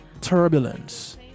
turbulence